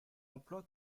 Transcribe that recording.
emploi